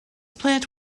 plant